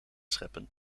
scheppen